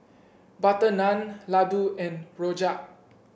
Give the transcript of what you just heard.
butter naan laddu and rojak